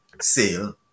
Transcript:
sale